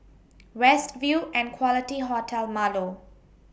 West View and Quality Hotel Marlow